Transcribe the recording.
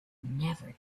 never